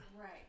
right